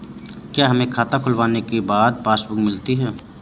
क्या हमें खाता खुलवाने के बाद पासबुक मिलती है?